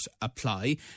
apply